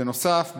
בנוסף,